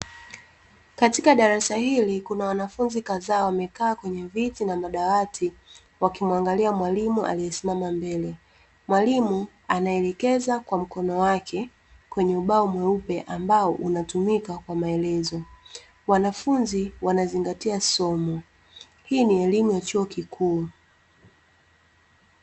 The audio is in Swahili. Katika darasa hili kuna wanafunzi kadhaa wamekaa kwenye viti na madawati waki muangalia mwalimu aliesimama mbele, mwalimu anaelekeza kwa mkono wake kwenye ubao mweupe ambao unatumika kwa maelezo, wanafunzi wanazingatia somo. Hii ni elimu ya chuo kikuu.